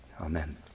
Amen